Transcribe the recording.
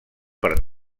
per